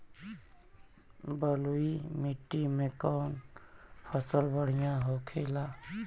बलुई मिट्टी में कौन फसल बढ़ियां होखे ला?